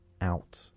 out